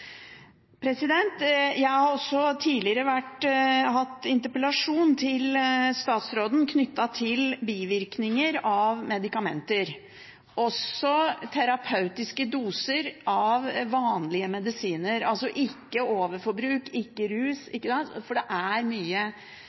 Jeg har tidligere hatt interpellasjon til statsråden knyttet til bivirkninger av medikamenter, også terapeutiske doser av vanlige medisiner – altså ikke overforbruk, ikke rus – for det er mye